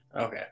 Okay